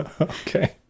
Okay